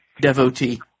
devotee